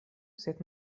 sed